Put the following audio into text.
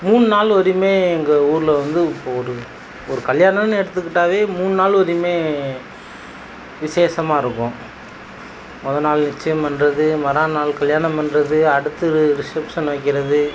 மூணுநாள் வரையுமே எங்கள் ஊரில் வந்து இப்போ ஒரு ஒரு கல்யாணன்னு எடுத்துக்கிட்டாவே மூணுநாள் வரையுமே விசேஷமாக இருக்கும் மொதல் நாள் நிச்சயம் பண்ணுறது மறு நாள் கல்யாணம் பண்ணுறது அடுத்து ரிசப்ஷன் வைக்கிறது